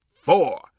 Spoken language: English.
four